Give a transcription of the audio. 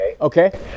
okay